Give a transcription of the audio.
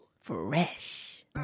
Fresh